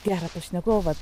gerą pašnekovą